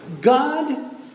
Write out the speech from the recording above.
God